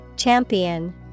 Champion